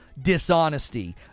dishonesty